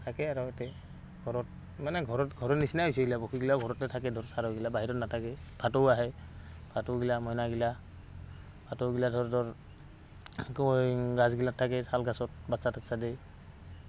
থাকে আৰু ইয়াতে ঘৰত মানে ঘৰত ঘৰ নিচিনাই হৈছে পখীগিলাও ঘৰতে থাকে ধৰ চাৰগিলা বাহিৰত নাথাকেই ভাটৌ আহে ভাটৌগিলা মইনাাগিলা ভাটৌগিলা তোৰ ধৰ ক'ৰ এই গাছগিলাত থাকে শালগাছত বাচ্ছা তাচ্ছা দেই